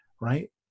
right